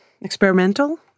experimental